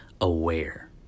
aware